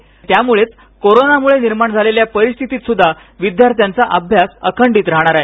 आणि त्यामुळेच कोरोनामुळे निर्माण झालेल्या परिस्थितीत सुद्धा विद्यार्थ्यांचा अभ्यास अखंडित राहणार आहे